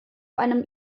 einem